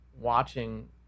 watching